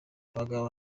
abagabo